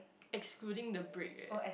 excluding the break eh